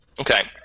Okay